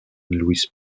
luis